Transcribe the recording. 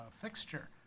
fixture